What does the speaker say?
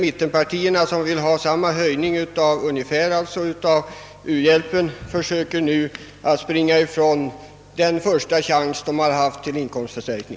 Mittenpartierna som önskar ungefär samma höjning av u-hjälpsanslaget försöker nu springa ifrån den första chans de haft till inkomstförstärkning.